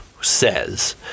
says